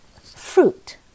fruit